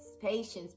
patience